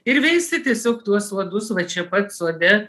ir veisi tiesiog tuos uodus va čia pat sode